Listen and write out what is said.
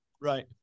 Right